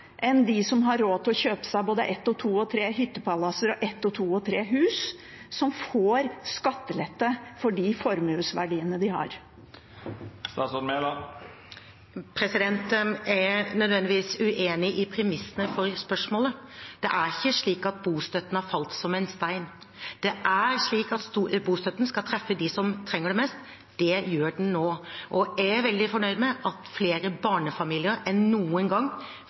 enn hjemmet til dem som har råd til å kjøpe seg både ett, to og tre hyttepalasser og ett, to og tre hus, som får skattelette for de formuesverdiene de har? Jeg er nødvendigvis uenig i premissene for spørsmålet. Det er ikke slik at bostøtten har falt som en stein. Det er slik at bostøtten skal treffe dem som trenger det mest. Det gjør den nå. Og jeg er veldig fornøyd med at flere barnefamilier enn noen gang